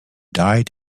died